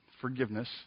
forgiveness